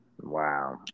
Wow